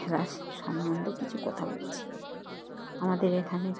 খেলার সম্বন্ধে কিছু কথা বলছি আমাদের এখানে